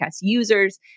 users